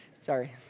Sorry